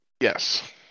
Yes